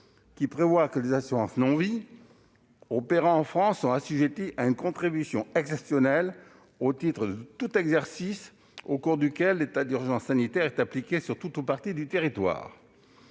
loi prévoit que les assurances non-vie opérant en France soient assujetties à une contribution exceptionnelle au titre de tout exercice au cours duquel l'état d'urgence sanitaire est appliqué sur tout ou partie du territoire.